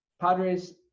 Padres